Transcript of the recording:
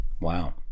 wow